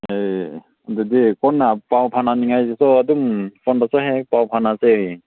ꯌꯥꯏꯌꯦ ꯑꯗꯨꯗꯤ ꯀꯣꯟꯅ ꯄꯥꯎ ꯐꯥꯎꯅꯅꯤꯡꯉꯥꯏꯗꯨꯁꯨ ꯑꯗꯨꯝ ꯐꯣꯟꯗꯁꯨ ꯍꯦꯛ ꯍꯦꯛ ꯄꯥꯎ ꯐꯥꯎꯅꯁꯦ